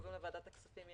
שקוראים לה ועדת הכספים,